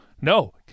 No